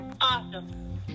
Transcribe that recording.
Awesome